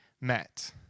met